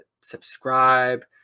subscribe